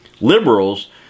Liberals